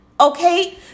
Okay